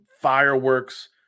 fireworks